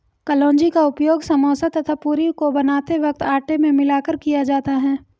कलौंजी का उपयोग समोसा तथा पूरी को बनाते वक्त आटे में मिलाकर किया जाता है